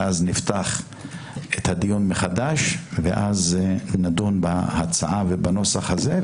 ואז נפתח את הדיון מחדש ואז נדון בהצעה ובנוסח הזה,